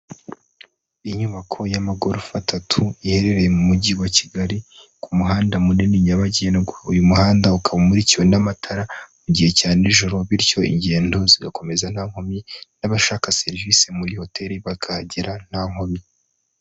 Inyubako y'amagorofa atatu iherereye mu mujyi wa Kigali, ku muhanda munini nyabagendwa, uyu muhanda ukaba umurikiwe n'amatara mu gihe cya nijoro, bityo ingendo zigakomeza nta nkomyi n'abashaka serivisi muri hoteli bakagera nta nkomyi.